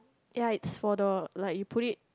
ya it's for the like you put it